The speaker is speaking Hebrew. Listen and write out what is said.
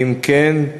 2. אם כן,